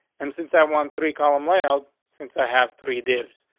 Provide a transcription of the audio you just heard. and since i won three column layout, since i have three deaths,